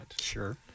Sure